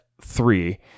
three